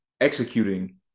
executing